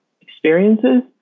experiences